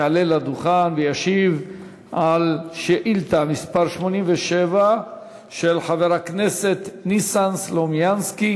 יעלה לדוכן וישיב על שאילתה מס' 87 של חבר הכנסת ניסן סלומינסקי